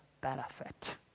benefit